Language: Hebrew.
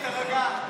אז תירגע.